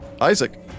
Isaac